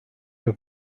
your